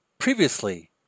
Previously